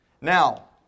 Now